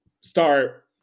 start